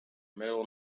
medal